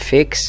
Fix